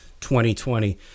2020